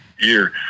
year